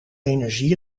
energie